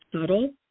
subtle